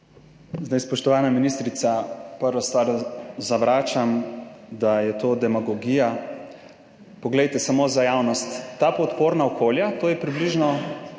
Spoštovana ministrica, prva stvar, zavračam, da je to demagogija. Poglejte, samo za javnost, to podporno okolje, to je približno